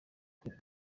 kwe